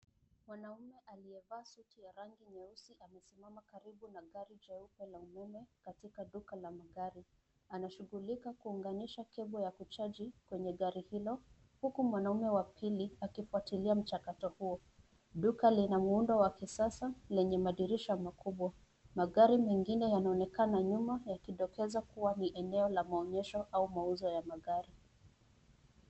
Mwanaume aliyevaa suti ya rangi nyeusi amesimama karibu na gari jeupe la umeme katika duka la magari. Anashughulika kuunganisha kebo ya kuchaji kwenye gari hilo huku mwanaume wa pili akifuatilia mchakato huo. Duka lina muundo wa kisasa lenye madirisha makubwa. Magari mengine yanaonekana nyuma yakidokeza kuwa ni eneo la maonyesho au mauzo ya magari.